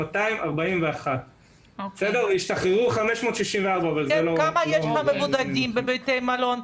241. השתחררו 564. כמה מבודדים יש כרגע בבתי מלון?